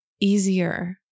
easier